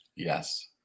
Yes